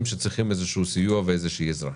שצריכים איזה שהוא סיוע ואיזה שהיא עזרה.